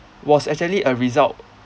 was actually a result